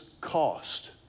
cost